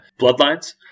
bloodlines